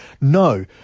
No